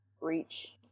reach